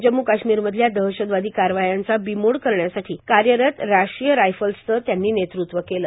जम्म् काश्मीरमधल्या दहशतवादी कारवायांचा बीमोड करण्यासाठी कार्यरत राष्ट्रीय रायफल्सचं त्यांनी नेतृत्व केलं